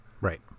Right